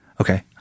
Okay